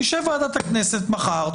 תשב ועדת הכנסת מחר,